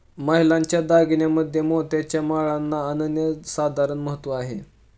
महिलांच्या दागिन्यांमध्ये मोत्याच्या माळांना अनन्यसाधारण महत्त्व आहे